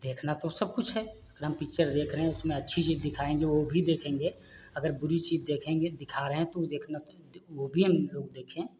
देखना तो सबकुछ है अगर हम पिक्चर देख रहे हैं उसमें अच्छी चीज़ दिखाएँगे वह भी देखेंगे अगर बुरी चीज़ देखेंगे दिखा रहे हैं तो देखना तो वह भी हमलोग देखें